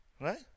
right